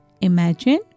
Imagine